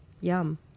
Yum